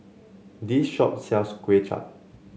this shop sells Kway Chap